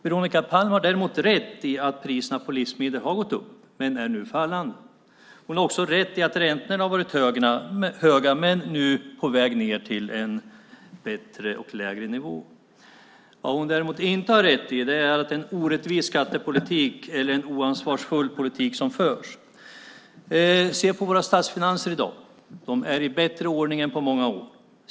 Veronica Palm har däremot rätt i att priserna på livsmedel har gått upp, men de är nu fallande. Hon har också rätt i att räntorna har varit höga, men de är nu på väg ned till en bättre och lägre nivå. Vad hon däremot inte har rätt i är att det är en orättvis skattepolitik eller en oansvarig politik som förs. Se på våra statsfinanser i dag! De är nu i bättre ordning än på många år.